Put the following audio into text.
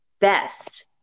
best